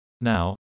Now